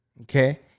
Okay